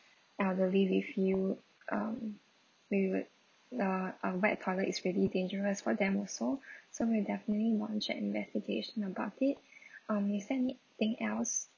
elderly with you um we would uh a wet toilet is really dangerous for them also so we'll definitely launch an investigation about it um is there anything else